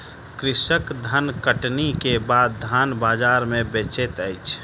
कृषक धानकटनी के बाद धान बजार में बेचैत अछि